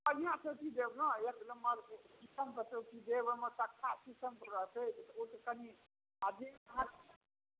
बढ़िआँ चौकी देब ने एक नम्बरके शीशमके चौकी देब ओहिमे तख्ता शीशमके रहतै कनि अधिक भा